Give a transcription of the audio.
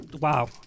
wow